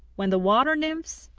when the water-nymphs,